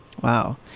Wow